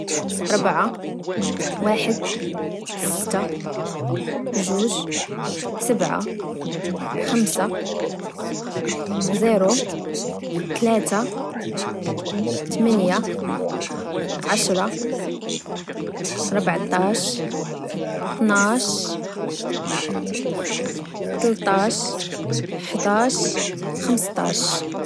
ربعة واحد ست جوج سبعة خمسة زيرو تلات تمني عشرة ربعطاش تناش تلطاش حضاش خمسطاش